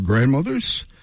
Grandmothers